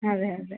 അതെ അതെ